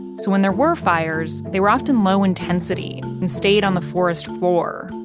so when there were fires, they were often low-intensity and stayed on the forest floor.